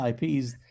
IPs